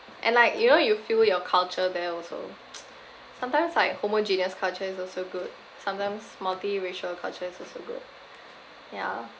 and like you know you feel your culture there also sometimes like homogeneous culture is also good sometimes multi racial culture is also good yeah